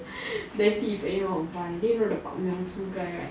then see if anyone would buy then you know the pang young su guy right